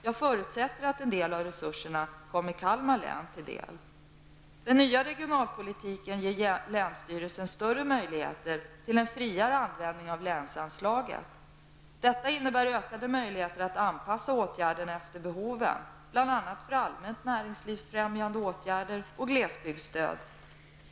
Jag förutsätter att en del av resurserna kommer Den nya regionalpolitiken ger länsstyrelsen större möjlighet till en friare användning av länsanslaget. Detta innebär ökade möjligheter att anpassa åtgärderna efter behoven, bl.a. för allmänt näringslivsfrämjande åtgärder och glesbygdsstöd.